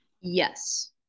Yes